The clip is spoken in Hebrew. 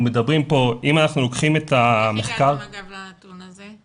אם אנחנו לוקחים את המחקר --- איך הגעתם לנתון הזה?